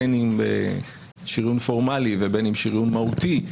בין אם בשריון פורמלי ובין אם שריון מהותי,